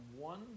one